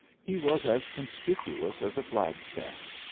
he was as conspicuous as a flagstaff.